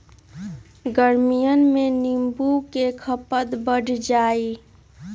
गर्मियन में नींबू के खपत बढ़ जाहई